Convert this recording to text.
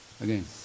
again